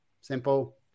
Simple